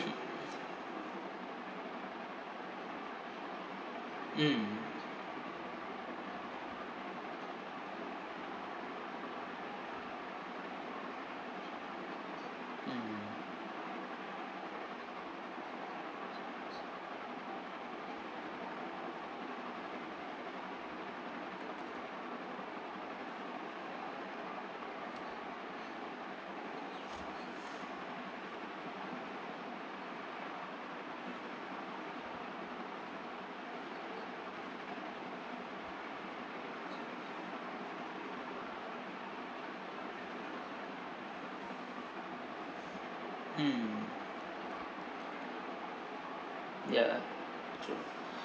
mm mm mm yeah true